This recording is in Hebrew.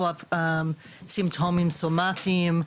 או סמפטומים סומטיים,